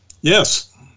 Yes